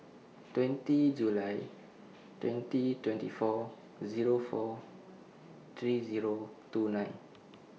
twenty July twenty twenty four Zero four three Zero two nine